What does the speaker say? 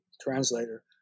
translator